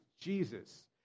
Jesus